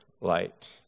light